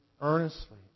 earnestly